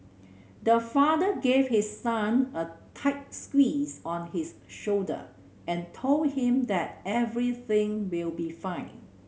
the father gave his son a tight squeeze on his shoulder and told him that everything will be fine